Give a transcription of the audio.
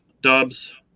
Dubs